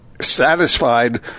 satisfied